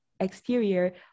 Exterior